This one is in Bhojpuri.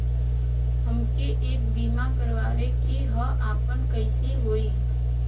हमके एक बीमा करावे के ह आपन कईसे होई?